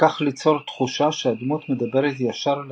וכך ליצור תחושה שהדמות מדברת ישר אל